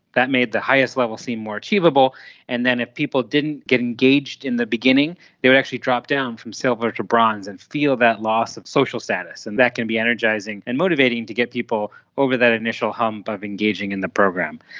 that made the highest level seem more achievable and then if people didn't get engaged engaged in the beginning they would actually drop down from silver to bronze and feel that loss of social status, and that can be energising and motivating to get people over that initial hump of engaging in the program.